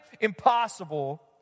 impossible